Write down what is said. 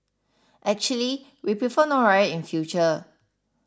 actually we prefer no riot in future